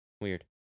weird